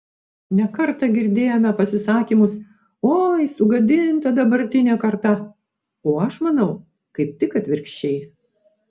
ne kartą girdėjome pasisakymus oi sugadinta dabartinė karta o aš manau kaip tik atvirkščiai